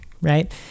right